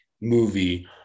movie